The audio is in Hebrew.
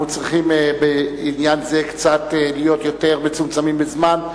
אנחנו צריכים בעניין זה להיות קצת יותר מצומצמים בזמן,